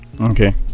okay